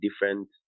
different